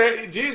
Jesus